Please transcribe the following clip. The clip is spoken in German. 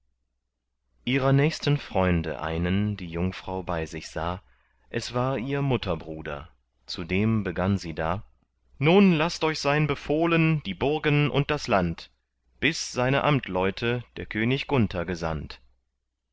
ihrer nächsten freunde einen die jungfrau bei sich sah es war ihr mutterbruder zu dem begann sie da nun laßt euch sein befohlen die burgen und das land bis seine amtleute der könig gunther gesandt